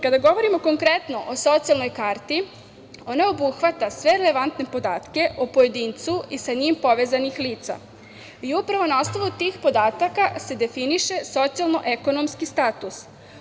Kada govorimo konkretno o socijalnoj karti, ona obuhvata sve relevantne podatke o pojedincu i sa njim povezanih lica i upravo na osnovu tih podataka se definiše socijalno-ekonomski status.